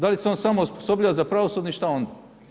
Da li se on samo osposobljava za pravosudni i šta onda?